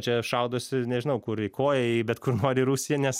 čia šaudosi nežinau kur į koją į bet kur nori rusija nes